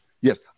Yes